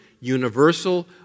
universal